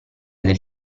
del